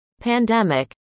pandemic